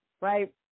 Right